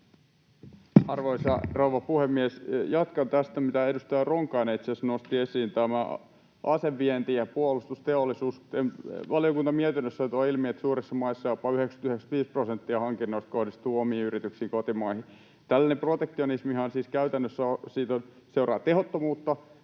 Arvoisa rouva puhemies! Jatkan tästä, mitä edustaja Ronkainen itse asiassa nosti esiin, tästä aseviennistä ja puolustusteollisuudesta. Valiokunta mietinnössään toi ilmi, että suurissa maissa jopa 90—95 prosenttia hankinnoista kohdistuu omiin yrityksiin kotimaihin. Tällaisesta protektionismistahan